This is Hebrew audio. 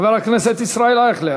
חבר הכנסת ישראל אייכלר,